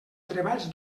treballs